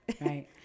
Right